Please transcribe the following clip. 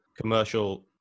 commercial